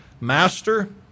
Master